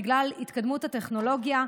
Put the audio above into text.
בגלל התקדמות הטכנולוגיה,